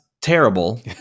Terrible